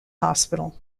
hospital